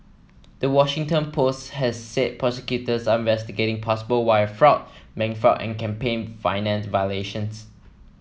the Washington Post has said prosecutors are investigating possible wire fraud bank fraud and campaign finance violations